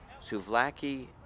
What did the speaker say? Suvlaki